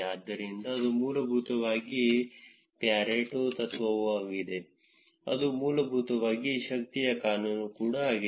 ಆದ್ದರಿಂದ ಅದು ಮೂಲಭೂತವಾಗಿ ಪ್ಯಾರೆಟೊ ತತ್ವವಾಗಿದೆ ಅದು ಮೂಲಭೂತವಾಗಿ ಶಕ್ತಿಯ ಕಾನೂನು ಕೂಡ ಆಗಿದೆ